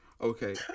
okay